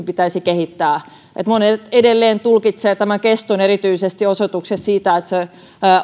pitäisi kehittää monet edelleen tulkitsevat erityisesti tämän keston osoitukseksi siitä että se